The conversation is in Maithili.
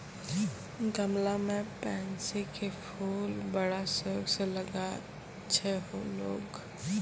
गमला मॅ पैन्सी के फूल बड़ा शौक स लगाय छै लोगॅ